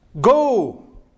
go